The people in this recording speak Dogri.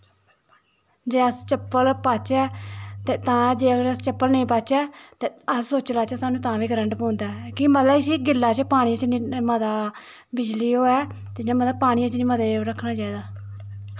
जे अस चप्पल पाच्चै ते तां जे अस चपल नेंई पाच्चै ते अस सुच्च लाच्चे साह्नू तां बी करंट पौंदा ऐ कि मतलव की गिल्ला इसी पानी चा नी मता बिजली होऐ इयां मतलव पानी च नी मते रक्खना चाही दा